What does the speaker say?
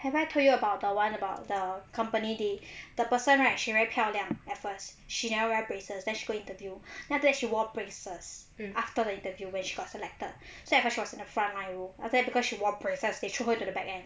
have I told you about the one about the company they the person right she very 漂亮 at first she never wear braces then she go interview then after that she worn braces after the interview when she got selected so at first she was in the frontline row but because she wore braces they throw her to the back end